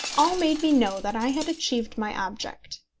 all made me know that i had achieved my object.